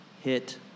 hit